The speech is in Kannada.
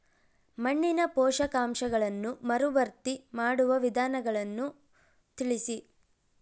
ಮಣ್ಣಿನ ಪೋಷಕಾಂಶಗಳನ್ನು ಮರುಭರ್ತಿ ಮಾಡುವ ವಿಧಾನಗಳನ್ನು ತಿಳಿಸಿ?